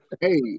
Hey